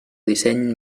disseny